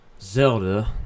Zelda